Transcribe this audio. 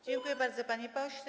Dziękuję bardzo, panie pośle.